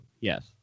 Yes